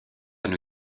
new